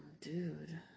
dude